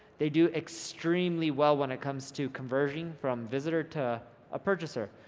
they do extremely well when it comes to conversion from visitor to a purchaser.